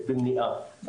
במניעה,